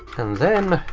and then.